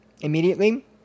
immediately